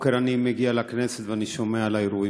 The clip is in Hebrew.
בבוקר אני מגיע לכנסת ואני שומע על האירועים.